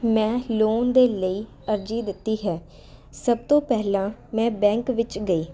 ਮੈਂ ਲੋਨ ਦੇ ਲਈ ਅਰਜੀ ਦਿੱਤੀ ਹੈ ਸਭ ਤੋਂ ਪਹਿਲਾਂ ਮੈਂ ਬੈਂਕ ਵਿੱਚ ਗਈ